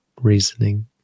reasoning